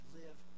live